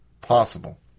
possible